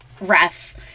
ref